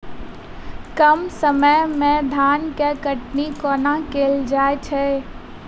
कम समय मे धान केँ कटनी कोना कैल जाय छै?